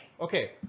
Okay